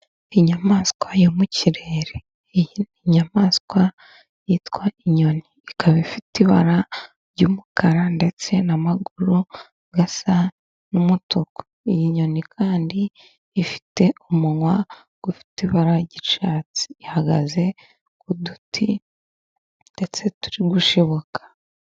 Inyamaswa yo mu kirere iyi inyamaswa yitwa inyoni, ikaba ifite ibara ry'umukara ndetse n'amaguru asa n'umutuku, iyi nyoni kandi ifite umunwa ufite ibara ry'icyatsi ihagaze ku duti ndetse turi gushibuka.